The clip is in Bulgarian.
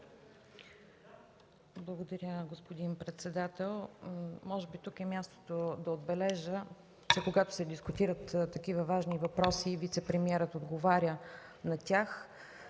Благодаря, господин председател. Може би тук е мястото да отбележа, че когато се дискутират такива важни въпроси и вицепремиерът отговаря на тях,